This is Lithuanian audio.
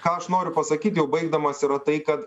ką aš noriu pasakyt jau baigdamas yra tai kad